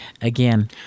again